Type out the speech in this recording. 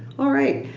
alright.